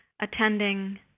attending